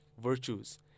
virtues